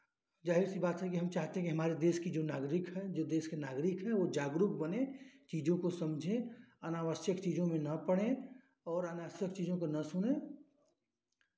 जाहिर सी बात है कि हम चाहते हैं कि हमारे देश की जो नागरिक हैं जो देश के नागरिक हैं वो जागरुक बने चीज़ों को समझें अनावश्यक चीज़ों में ना पड़ें और अनावश्यक चीज़ों को ना सुनें